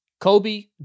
Kobe